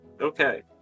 Okay